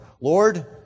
Lord